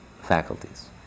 faculties